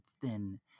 thin